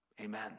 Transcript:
Amen